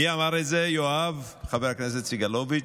מי אמר את זה, יואב, חבר הכנסת סגלוביץ'?